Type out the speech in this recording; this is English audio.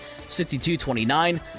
62-29